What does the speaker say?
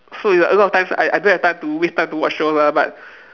so it's like a lot of times I I don't have the time to waste time to watch shows ah but